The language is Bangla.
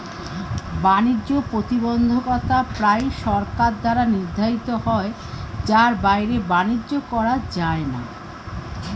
বাণিজ্য প্রতিবন্ধকতা প্রায়ই সরকার দ্বারা নির্ধারিত হয় যার বাইরে বাণিজ্য করা যায় না